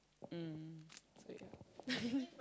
mm so yeah